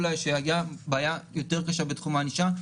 שאז הייתה בעיה קשה יותר בתחום הענישה.